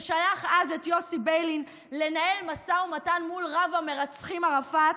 ששלח אז את יוסי ביילין לנהל משא ומתן מול רב המרצחים ערפאת,